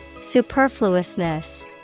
Superfluousness